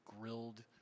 grilled